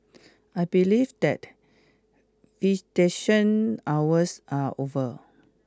I believe that visitation hours are over